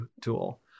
tool